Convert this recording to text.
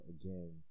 again